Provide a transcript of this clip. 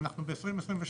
אנחנו ב- 2022,